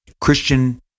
Christian